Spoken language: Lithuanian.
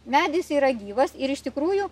medis yra gyvas ir iš tikrųjų